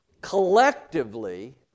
collectively